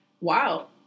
Wow